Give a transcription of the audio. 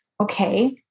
Okay